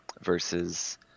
versus